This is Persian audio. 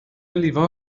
لیوان